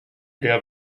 der